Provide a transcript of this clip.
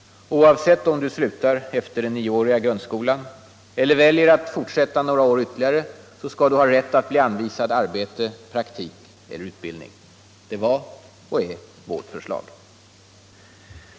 Oavsett om du slutar efter den nioåriga grundskolan eller väljer att fortsätta några år ytterligare skall du ha rätt att bli anvisad arbete, praktik eller utbildning.” Det var och är vårt förslag.